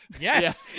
Yes